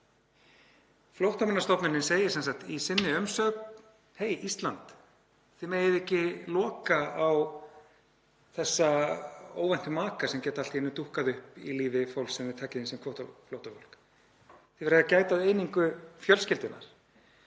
Flóttamannastofnunin segir sem sagt í sinni umsögn: Hey, Ísland, þið megið ekki loka á þessa óvæntu maka sem geta allt í einu dúkkað upp í lífi fólks sem þið takið inn sem kvótaflóttafólk. Þið verðið að gæta að einingu fjölskyldunnar.